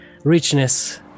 richness